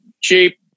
cheap